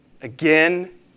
Again